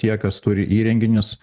tie kas turi įrenginius